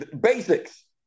Basics